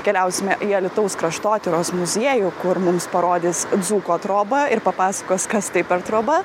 keliausime į alytaus kraštotyros muziejų kur mums parodys dzūko trobą ir papasakos kas tai per troba